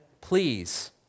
Please